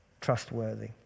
trustworthy